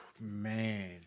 Man